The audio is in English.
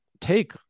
take